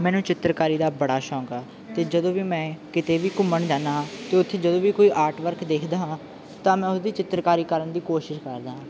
ਮੈਨੂੰ ਚਿੱਤਰਕਾਰੀ ਦਾ ਬੜਾ ਸ਼ੌਕ ਆ ਅਤੇ ਜਦੋਂ ਵੀ ਮੈਂ ਕਿਤੇ ਵੀ ਘੁੰਮਣ ਜਾਂਦਾ ਤਾਂ ਉੱਥੇ ਜਦੋਂ ਵੀ ਕੋਈ ਆਰਟਵਰਕ ਦੇਖਦਾ ਹਾਂ ਤਾਂ ਮੈਂ ਉਹਦੀ ਚਿੱਤਰਕਾਰੀ ਕਰਨ ਦੀ ਕੋਸ਼ਿਸ਼ ਕਰਦਾ ਹਾਂ